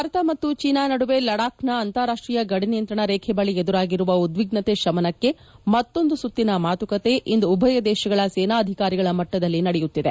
ಭಾರತ ಮತ್ತು ಚೀನಾ ನಡುವೆ ಲಡಾಖ್ನ ಅಂತಾರಾಷ್ಷೀಯ ಗಡಿನಿಯಂತ್ರಣ ರೇಖೆ ಬಳಿ ಎದುರಾಗಿರುವ ಉದ್ವಿಗ್ಟತೆ ಶಮನಕ್ಕೆ ಮತ್ತೊಂದು ಸುತ್ತಿನ ಮಾತುಕತೆ ಇಂದು ಉಭಯ ದೇಶಗಳ ಸೇನಾ ಅಧಿಕಾರಿಗಳ ಮಟ್ಟದಲ್ಲಿ ನಡೆಯುತ್ತಿದೆ